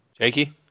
Jakey